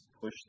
push